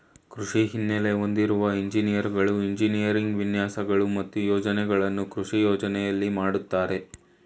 ಕೃಷಿ ಹಿನ್ನೆಲೆ ಹೊಂದಿರುವ ಎಂಜಿನಿಯರ್ಗಳು ಎಂಜಿನಿಯರಿಂಗ್ ವಿನ್ಯಾಸಗಳು ಮತ್ತು ಯೋಜನೆಗಳನ್ನು ಕೃಷಿ ಯೋಜನೆಯಲ್ಲಿ ಮಾಡ್ತರೆ